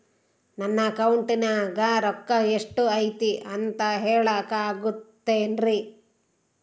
ನನ್ನ ಅಕೌಂಟಿನ್ಯಾಗ ರೊಕ್ಕ ಎಷ್ಟು ಐತಿ ಅಂತ ಹೇಳಕ ಆಗುತ್ತೆನ್ರಿ?